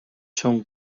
چون